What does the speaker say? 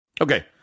Okay